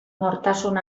nortasun